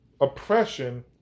oppression